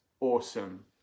Awesome